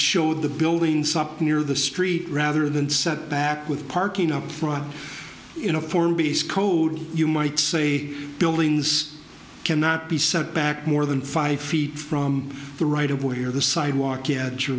showed the buildings up near the street rather than set back with parking up front in a forward base code you might say buildings cannot be set back more than five feet from the right of way or the sidewalk at